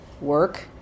work